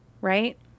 right